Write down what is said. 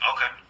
Okay